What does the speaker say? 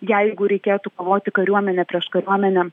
jeigu reikėtų kovoti kariuomenė prieš kariuomenę